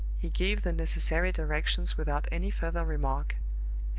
he gave the necessary directions without any further remark,